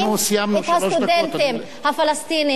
מונעים מהסטודנטים הפלסטינים ללמוד,